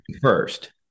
first